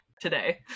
today